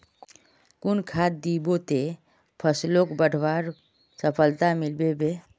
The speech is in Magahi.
कुन खाद दिबो ते फसलोक बढ़वार सफलता मिलबे बे?